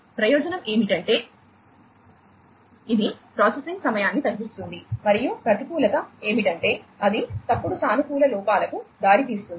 ప్రయోజనం ఏమిటంటే ఇది ప్రాసెసింగ్ సమయాన్ని తగ్గిస్తుంది మరియు ప్రతికూలత ఏమిటంటే అది తప్పుడు సానుకూల లోపాలకు దారితీస్తుంది